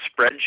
spreadsheet